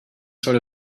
sort